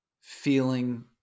feeling